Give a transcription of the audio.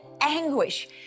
anguish